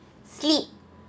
sleep